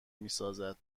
میسازد